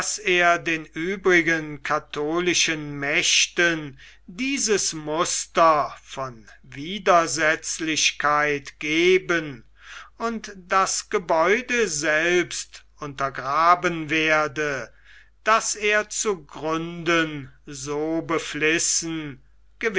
er den übrigen katholischen mächten dieses muster von widersetzlichkeit geben und das gebäude selbst untergraben werde das er zu gründen so